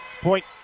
Point